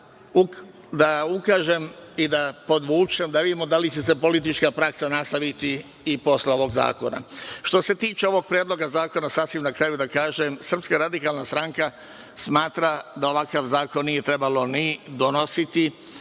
da ukažem i da podvučem da vidimo da li će se politička praksa nastaviti i posle ovog zakona. Što se tiče ovog Predloga zakona, sasvim na kraju da kažem, Srpska radikalna stranka smatra da ovakav zakon nije trebalo ni donositi